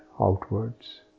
outwards